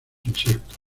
insectos